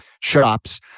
shops